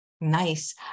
Nice